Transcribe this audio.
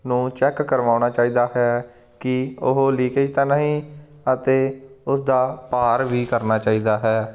ਨੂੰ ਚੈੱਕ ਕਰਵਾਉਣਾ ਚਾਹੀਦਾ ਹੈ ਕਿ ਉਹ ਲੀਕੇਜ ਤਾਂ ਨਹੀਂ ਅਤੇ ਉਸਦਾ ਭਾਰ ਵੀ ਕਰਨਾ ਚਾਹੀਦਾ ਹੈ